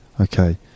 okay